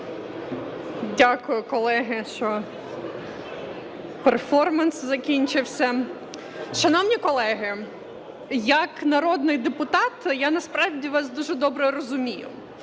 Дякую, колеги, що перформанс закінчився. Шановні колеги, як народний депутат я насправді вас дуже добре розумію.